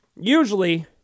Usually